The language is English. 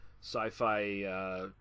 sci-fi